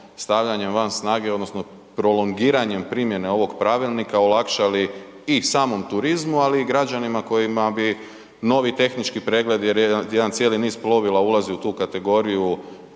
stavljanje van snage odnosno prolongiranjem primjene ovog pravilnika olakšali i samom turizmu ali i građanima kojima bi novi tehnički pregledi jer jedan cijeli niz plovila ulazi u tu kategoriju,